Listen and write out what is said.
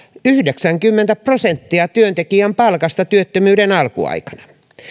yhdeksänkymmentä prosenttia työntekijän palkasta työttömyyden alkuaikana